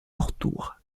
pourtour